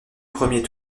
premier